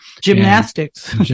Gymnastics